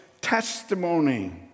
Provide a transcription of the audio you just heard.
testimony